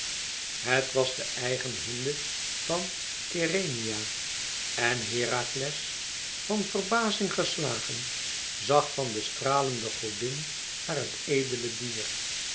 het was de eigen hinde van keryneia en herakles van verbazing geslagen zag van de stralende godin naar het edele dier